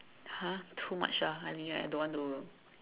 !huh! too much ah I think I don't want to